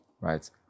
right